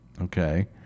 okay